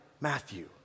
Matthew